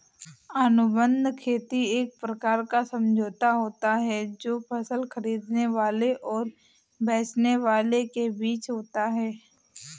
अनुबंध खेती एक प्रकार का समझौता होता है जो फसल खरीदने वाले और बेचने वाले के बीच होता है